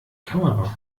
kamera